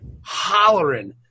hollering